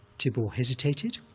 thibaw hesitated,